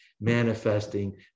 manifesting